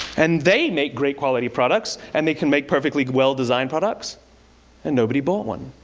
and they make great quality products, and they can make perfectly well-designed products and nobody bought one.